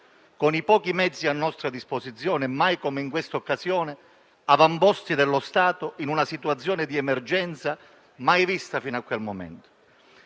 Con i pochi mezzi a nostra disposizione, mai come in questa occasione, siamo stati avamposti dello Stato in una situazione di emergenza mai vista fino a quel momento.